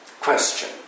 question